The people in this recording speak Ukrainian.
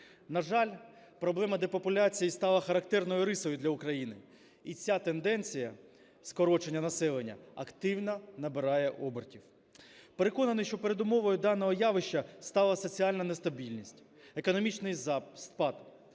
На жаль, проблема депопуляції стала характерною рисою для України, і ця тенденція скорочення населення активно набирає обертів. Переконаний, що передумовою даного явища стала соціальна нестабільність, економічний спад,